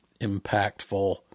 impactful